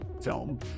film